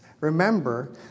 remember